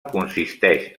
consisteix